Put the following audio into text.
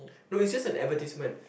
no it's just an advertisement